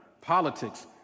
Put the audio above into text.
politics